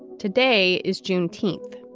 today is juneteenth.